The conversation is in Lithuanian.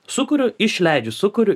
sukuriu išleidžiu sukuriu